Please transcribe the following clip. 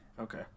Okay